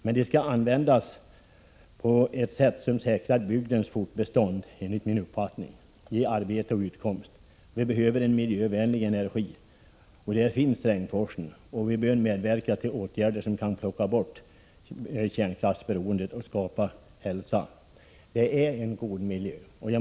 Men dessa skall enligt min uppfattning användas på ett sätt som säkrar bygdens fortbestånd och ger arbete och utkomst åt människorna. Vi behöver miljövänlig energi, och den finns i Strängsforsen. Vi bör medverka till åtgärder som kan ta bort kärnkraftsberoendet och skapa god hälsa. Det är god miljö.